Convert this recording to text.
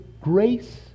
grace